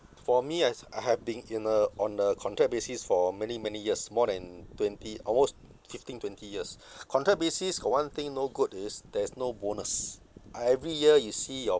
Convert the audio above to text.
for me as I have been in a on a contract basis for many many years more than twenty almost fifteen twenty years contract basis got one thing no good is there is no bonus I every year you see your